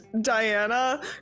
Diana